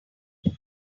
have